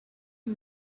who